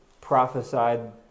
prophesied